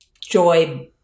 joy